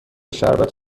شربت